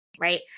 Right